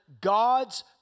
God's